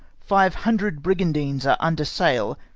five hundred brigandines are under sail,